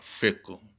fickle